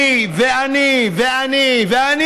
אני ואני ואני ואני,